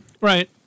right